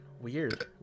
weird